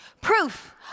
proof